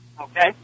Okay